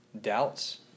doubts